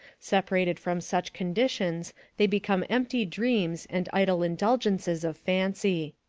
separated from such conditions they become empty dreams and idle indulgences of fancy.